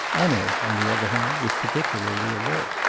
hanaud, on the other hand, was particularly alert.